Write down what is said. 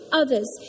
others